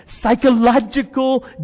psychological